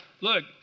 Look